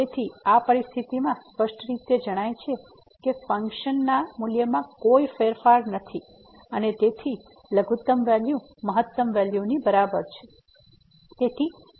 તેથી આ પરિસ્થિતિમાં સ્પષ્ટ રીતે જણાય છે ક ફંક્શન ના મૂલ્યમાં કોઈ ફેરફાર નથી અને તેથી લઘુત્તમ વેલ્યુ મહત્તમ વેલ્યુની બરાબર છે